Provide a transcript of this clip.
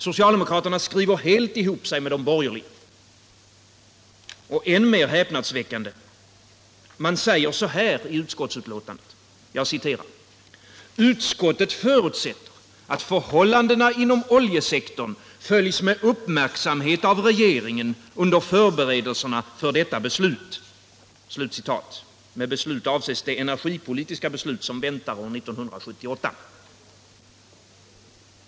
Socialdemokraterna skriver helt ihop sig med de borgerliga. Och än mer häpnadsväckande är att man i utskottsutlåtandet säger: ”Utskottet förutsätter att förhållandena inom oljesektorn följs med uppmärksamhet av regeringen under förberedelsearbetet för detta beslut.” Här avses det beslut som väntar år 1978.